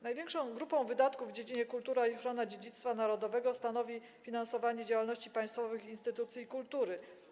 Największą grupą wydatków w dziedzinie: Kultura i ochrona dziedzictwa narodowego stanowi finansowanie działalności państwowych instytucji kultury.